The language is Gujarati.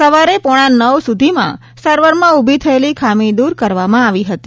સવારે પોણા નવ સુધીમાં સર્વરમાં ઉભી થયેલી ખામી દુર કરવામાં આવી હતી